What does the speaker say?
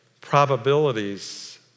probabilities